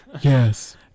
Yes